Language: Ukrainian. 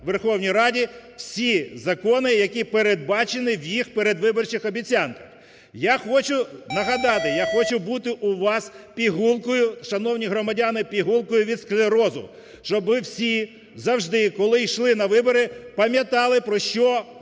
Верховній Раді всі закони, які передбачені в їх передвиборчих обіцянках. Я хочу нагадати, я хочу бути у вас пігулкою, шановні громадяни, пігулкою від склерозу, щоб ви всі завжди, коли йшли на вибори, пам'ятали, про що вам